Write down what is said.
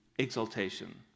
exaltation